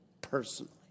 personally